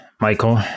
Michael